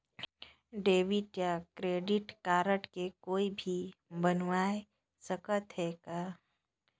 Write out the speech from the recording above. Debit या credit card के कोई भी बनवाय सकत है का?